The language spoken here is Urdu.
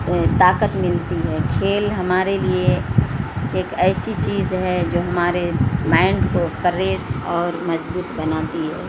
طاقت ملتی ہے کھیل ہمارے لیے ایک ایسی چیز ہے جو ہمارے مائنڈ کو فریش اور مضبوط بناتی ہے